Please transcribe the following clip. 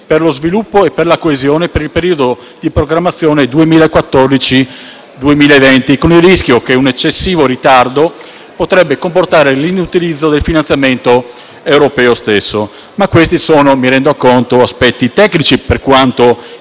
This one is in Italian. per lo sviluppo e la coesione, per il periodo di programmazione 2014-2020, con il rischio che un eccessivo ritardo potrebbe comportare l'inutilizzo del finanziamento europeo stesso. Questi però, per quanto importanti, sono aspetti tecnici. Il